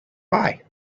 buy